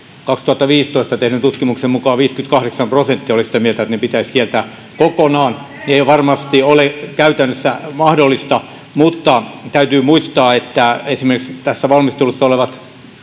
kaksituhattaviisitoista tehdyn tutkimuksen mukaan kansalaisista viisikymmentäkahdeksan prosenttia oli sitä mieltä että ne pitäisi kieltää kokonaan ei varmasti ole käytännössä mahdollista mutta täytyy muistaa että esimerkiksi tässä valmistelussa olevat